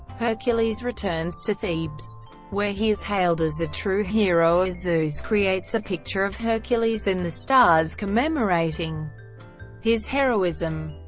hercules returns to thebes where he is hailed as a true hero as zeus creates a picture of hercules in the stars commemorating his heroism.